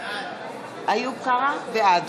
בעד